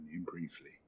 briefly